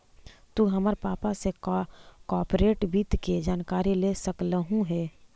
तु हमर पापा से कॉर्पोरेट वित्त के जानकारी ले सकलहुं हे